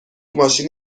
ماشین